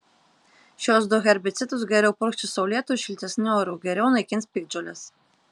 šiuos du herbicidus geriau purkšti saulėtu ir šiltesniu oru geriau naikins piktžoles